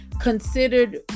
considered